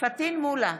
פטין מולא,